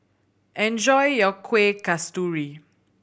enjoy your Kueh Kasturi